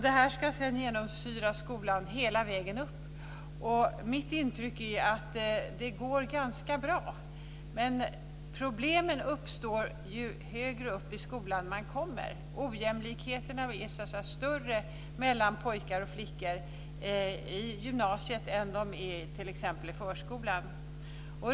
Det ska sedan genomsyra skolan hela vägen upp. Mitt intryck är att det går ganska bra men att problemen uppstår ju högre upp i skolan man kommer. Ojämlikheten är större mellan pojkar och flickor i gymnasiet än vad den är t.ex. i förskolan.